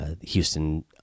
Houston